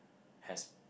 has